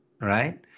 right